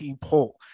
poll